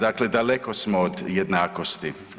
Dakle, daleko smo od jednakosti.